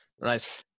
Right